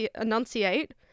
enunciate